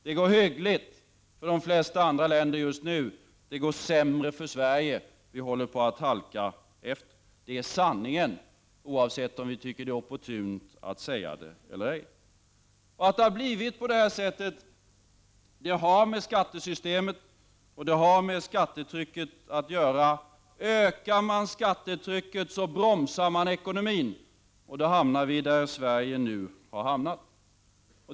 Det går just nu hyggligt för de flesta andra länder, men det går sämre för Sverige. Vi håller på att halka efter. Detta är sanningen, oavsett om vi tycker att det är opportunt att erkänna den eller ej. Att det har blivit på detta sätt har med skattesystemet och med skattetrycket att göra. Ökar man skattetrycket så bromsar man ekonomin, och då hamnar man i den situation där Sverige nu befinner sig.